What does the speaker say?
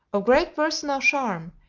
of great personal charm,